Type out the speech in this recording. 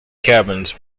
cabins